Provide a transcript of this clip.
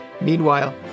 Meanwhile